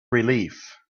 relief